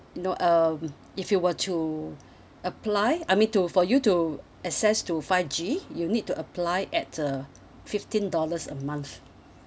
you know um if you were to apply I mean to for you to access to five G you need to apply at uh fifteen dollars a month